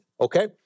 okay